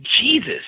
Jesus